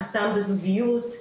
חסם בזוגיות,